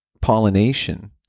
pollination